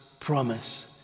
promise